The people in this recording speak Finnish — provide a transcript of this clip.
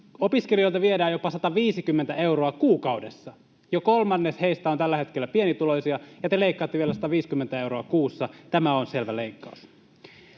Opiskelijoilta viedään jopa 150 euroa kuukaudessa. Jo kolmannes heistä on tällä hetkellä pienituloisia, ja te leikkaatte vielä 150 euroa kuussa. Tämä on selvä leikkaus.